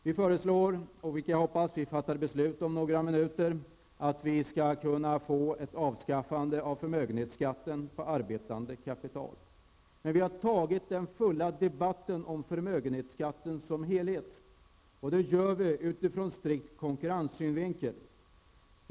Vi föreslår och -- vilket jag hoppas -- vi fattar beslut om några minuter att vi skall få ett avskaffande av förmögenhetsskatten på arbetande kapital. Men vi har tagit den fulla debatten om förmögenhetsskatten som helhet. Det gör vi utifrån strikt konkurrenssynvinkel.